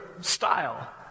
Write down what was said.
style